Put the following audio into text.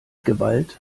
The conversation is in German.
gewalt